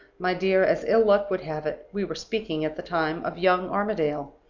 my dear, as ill-luck would have it, we were speaking at the time of young armadale.